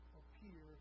appear